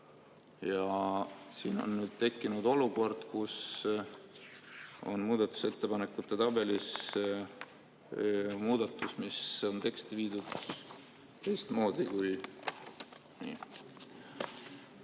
15. Siin on nüüd tekkinud olukord, kus on muudatusettepanekute tabelis muudatus, mis on teksti viidud teistmoodi.